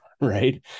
right